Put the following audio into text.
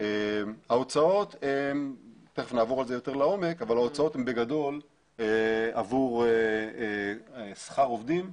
ההוצאות הן בגדול עבור שכר עובדים,